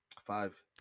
five